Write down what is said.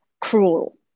cruel